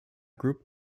grouped